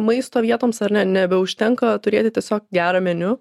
maisto vietoms ar ne nebeužtenka turėti tiesiog gero meniu